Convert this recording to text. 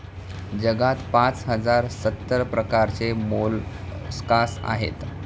जगात पाच हजार सत्तर प्रकारचे मोलस्कास आहेत